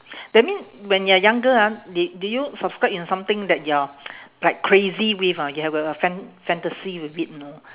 that mean when you're younger ah did did you subscribe in something that you're like crazy with ah you have a fan~ fantasy with it you know